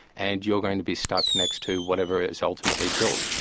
and you're going to be stuck next to whatever is ultimately built,